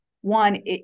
One